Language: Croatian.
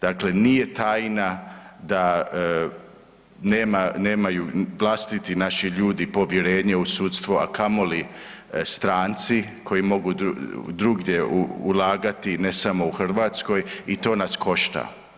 Dakle, nije tajna da nema, nemaju vlastiti naši ljudi povjerenje u sudstvo, a kamoli stranci koji mogu drugdje ulagati ne samo u Hrvatskoj i to nas košta.